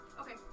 Okay